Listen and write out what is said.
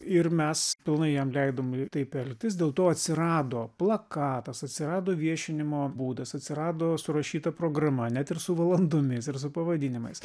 ir mes pilnai jam leidom taip elgtis dėl to atsirado plakatas atsirado viešinimo būdas atsirado surašyta programa net ir su valandomis ir su pavadinimais